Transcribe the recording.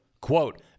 Quote